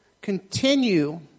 continue